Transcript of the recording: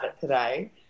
today